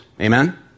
amen